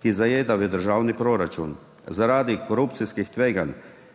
se zajeda v državni proračun. Zaradi korupcijskih tveganj